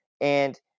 And-